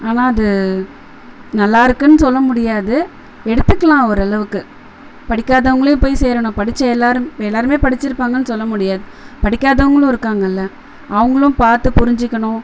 ஆனால் அது நல்லாயிருக்குன்னு சொல்ல முடியாது எடுத்துக்கலாம் ஓரளவுக்கு படிக்காதவங்களையும் போய் சேரணும் படித்த எல்லாரும் எல்லாருமே படிச்சிருப்பாங்கன்னு சொல்ல முடியாது படிக்காதவங்களும் இருக்காங்கல்ல அவங்களும் பார்த்து புரிஞ்சிக்கணும்